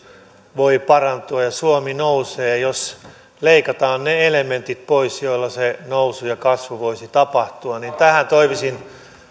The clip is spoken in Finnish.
voi parantua ja suomi nousee jos leikataan ne elementit pois joilla se nousu ja kasvu voisi tapahtua tähän toivoisin